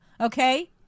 okay